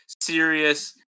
serious